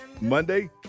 Monday